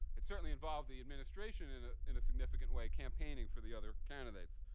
it certainly involved the administration in ah in a significant way, campaigning for the other candidates.